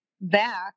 back